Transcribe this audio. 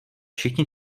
všichni